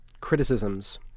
criticisms